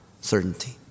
certainty